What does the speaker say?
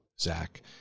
Zach